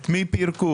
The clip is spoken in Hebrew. את מי פירקו?